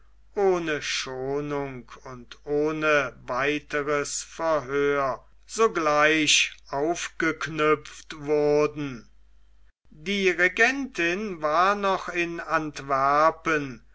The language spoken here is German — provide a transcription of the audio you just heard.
ohne schonung und ohne weiteres verhör sogleich aufgeknüpft wurden die regentin war noch in antwerpen